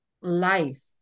life